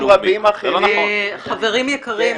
אני לא אכנס לנושאים רבים אחרים --- חברים יקרים,